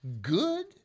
good